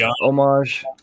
homage